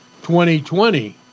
2020